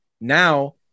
now